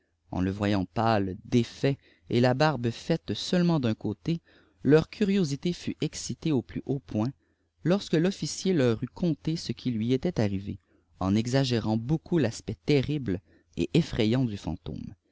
ëh le voyant pàle défait et la barbe faite seulement d'un côlé leir curiosité fut excitée au jau haut point lorsque rofficier leur eut conté ce qui hiî était arrivé en exagérant beaucoup l'aspect terrible e eltrayatt du